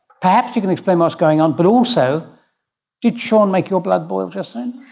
perhaps you can explain what's going on, but also did sean make your blood boil just then?